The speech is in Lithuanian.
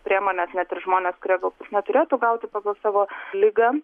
priemones net ir žmonės kurie gal neturėtų gauti pagal savo ligą